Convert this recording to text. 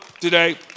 today